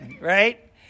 right